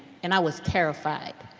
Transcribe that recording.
and i was terrified.